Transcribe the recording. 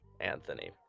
Anthony